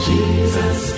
Jesus